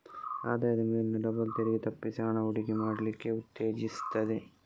ಆದಾಯದ ಮೇಲಿನ ಡಬಲ್ ತೆರಿಗೆ ತಪ್ಪಿಸಿ ಹಣ ಹೂಡಿಕೆ ಮಾಡ್ಲಿಕ್ಕೆ ಉತ್ತೇಜಿಸ್ತದೆ